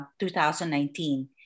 2019